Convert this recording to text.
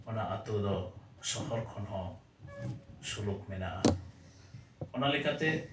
ᱚᱱᱟ ᱟᱛᱳ ᱫᱚ ᱥᱚᱦᱚᱨ ᱠᱷᱚᱱᱦᱚᱸ ᱥᱩᱞᱩᱠ ᱢᱮᱱᱟᱜᱼᱟ ᱚᱱᱟ ᱞᱮᱠᱟᱛᱮ